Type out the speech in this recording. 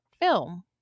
film